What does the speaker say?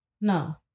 No